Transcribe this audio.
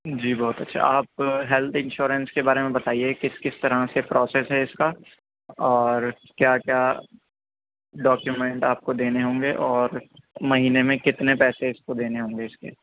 جی بہت اچھا آپ ہیلتھ انشیورنس کے بارے میں بتائیے کس کس طرح سے پروسیس ہے اس کا اور کیا کیا ڈاکیومنٹ آپ کو دینے ہوں گے اور مہینے میں کتنے پیسے اس کو دینے ہوں گے اس کے